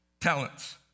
talents